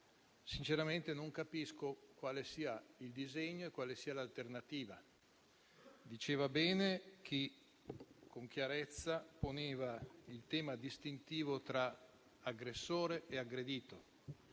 sinceramente non capisco quale sia il disegno e quale sia l'alternativa. Diceva bene chi con chiarezza poneva il tema distintivo tra aggressore e aggredito.